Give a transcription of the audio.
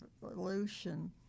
revolution